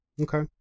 Okay